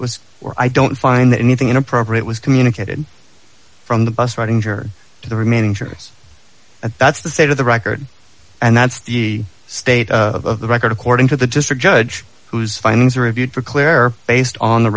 or i don't find that anything inappropriate was communicated from the bus writing or to the remaining jurors that's the state of the record and that's the state of the record according to the district judge whose findings are reviewed for clare based on the